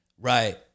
right